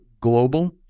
Global